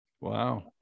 Wow